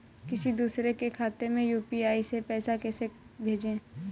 किसी दूसरे के खाते में यू.पी.आई से पैसा कैसे भेजें?